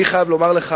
אני חייב לומר לך,